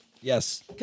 Yes